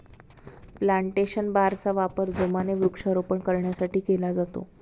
plantation बारचा वापर जोमाने वृक्षारोपण करण्यासाठी केला जातो